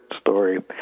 story